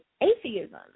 atheism